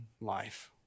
life